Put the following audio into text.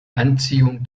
anziehung